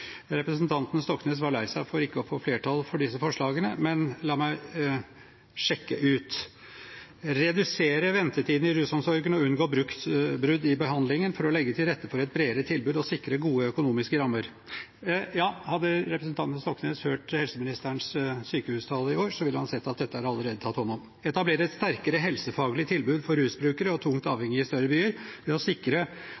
Representanten Stoknes var lei seg for ikke å få flertall for disse forslagene – men la meg sjekke dem ut – om å be regjeringen redusere ventetiden i rusomsorgen og unngå brudd i behandlingen, gjennom å legge til rette for et bredere tilbud og sikre gode økonomiske rammer.» Ja, hadde representanten Stoknes hørt helseministerens sykehustale i år, ville han sett at dette allerede er tatt hånd om. etablere et sterkere helsefaglig hjelpetilbud for rusbrukere og tungt